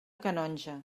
canonja